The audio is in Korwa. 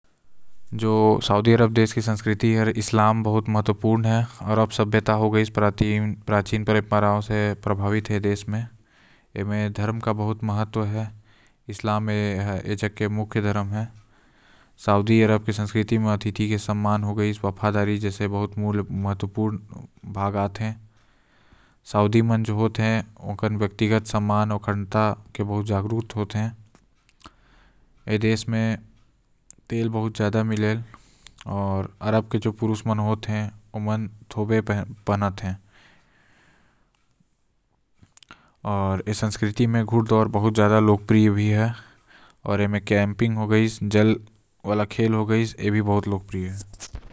जो Saudi Arabia की संस्कृति है ओम इस्लाम बहुत महत्वपूर्ण है। अरब परंपरा हो गइस जो प्राचीन परंपरा से प्रभावित है आऊ धर्म के बहुत महत्व है आऊ इस्लाम यहां के मुख्य धर्म है आऊ एहसान ए यहां कड़ाई भी होएल जनता मन म।